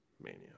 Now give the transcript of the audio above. Mania